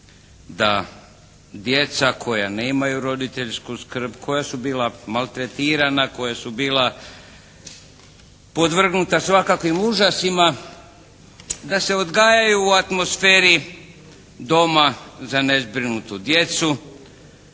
da djeca koja nemaju roditeljsku skrb, koja su bila maltretirana, koja su bila podvrgnuta svakakvim užasima, da se odgajaju u atmosferi doma za nezbrinutu djecu,